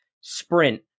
sprint